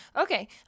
okay